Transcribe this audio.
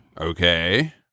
Okay